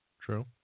true